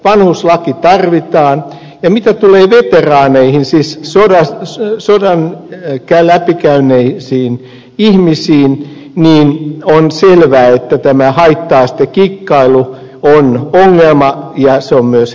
vanhuslaki tarvitaan ja mitä tulee veteraaneihin siis sodan läpi käyneisiin ihmisiin niin on selvää että tämä haitta astekikkailu on ongelma ja se on myös häpeä